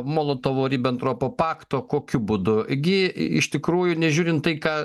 molotovo ribentropo pakto kokiu būdu gi iš tikrųjų nežiūrint tai ką